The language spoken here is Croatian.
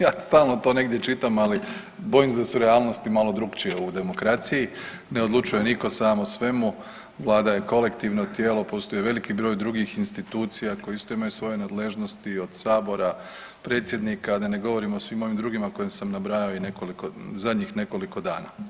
Ja stalno to negdje čitam, ali bojim se da su realnosti malo drukčije u demokraciji, ne odlučuje nitko sam o svemu, vlada je kolektivno tijelo, postoji veliki broj drugih institucija koje isto imaju svoje nadležnosti od sabora, predsjednika, a da ne govorim o svim ovim drugima koje sam nabrajao i nekoliko, zadnjih nekoliko dana.